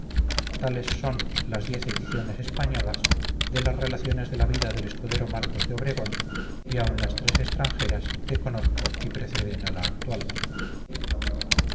tales son las diez ediciones españolas de las relaciones de la vida del escudero marcos de obregón y aun las tres extranjeras que conozco y preceden a la actual